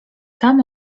tam